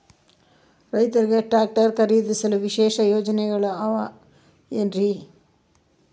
ರೈತರಿಗೆ ಟ್ರಾಕ್ಟರ್ ಖರೇದಿಸಲು ವಿಶೇಷ ಯೋಜನೆಗಳು ಅವ ಏನು?